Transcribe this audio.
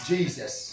Jesus